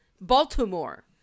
Baltimore